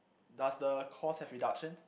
does the course have reduction